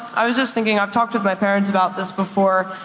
i was just thinking, i've talked with my parents about this before.